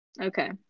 Okay